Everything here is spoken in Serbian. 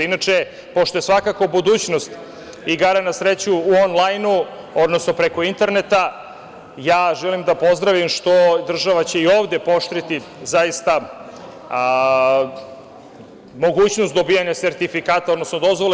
Inače, pošto je svakako budućnost igara na sreću u onlajnu, odnosno preko interneta, želim da pozdravim, što će država i ovde pooštriti zaista mogućnost dobijanja sertifikata, odnosno dozvole.